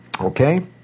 Okay